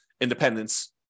independence